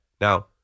Now